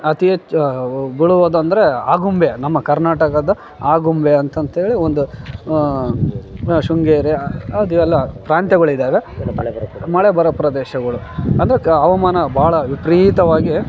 ಅತಿ ಹೆಚ್ಚು ಬೀಳುವುದೆಂದ್ರೆ ಆಗುಂಬೆ ನಮ್ಮ ಕರ್ನಾಟಕದ ಆಗುಂಬೆ ಅಂತಂಥೇಳಿ ಒಂದು ಶೃಂಗೇರಿ ಅದುಯೆಲ್ಲ ಪ್ರಾಂತ್ಯಗಳಿದ್ದಾವೆ ಮಳೆ ಬರೋ ಪ್ರದೇಶಗಳು ಅಂದರೆ ಕ ಹವಾಮಾನ ಭಾಳ ವಿಪರೀತವಾಗಿ